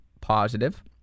positive